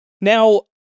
Now